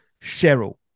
Cheryl